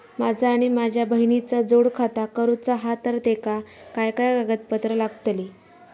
माझा आणि माझ्या बहिणीचा जोड खाता करूचा हा तर तेका काय काय कागदपत्र लागतली?